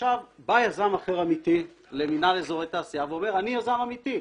בא יזם אחר אמיתי למינהל אזורי תעשייה והוא אומר שהוא יזם אמיתי,